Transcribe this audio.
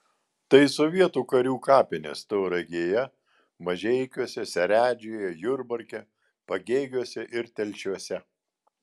tai sovietų karių kapinės tauragėje mažeikiuose seredžiuje jurbarke pagėgiuose ir telšiuose